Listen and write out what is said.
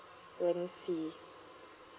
let me see